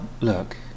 look